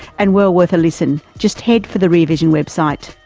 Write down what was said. and well worth a listen. just head for the rear vision website.